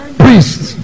priests